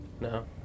No